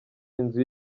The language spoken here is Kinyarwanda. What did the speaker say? inzu